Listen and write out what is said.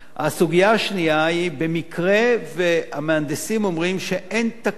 הסוגיה השנייה היא במקרה שהמהנדסים אומרים שאין תקנה,